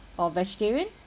or vegetarian